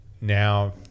Now